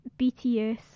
BTS